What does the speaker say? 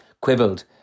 quibbled